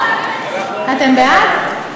אתם בעד?